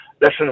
Listen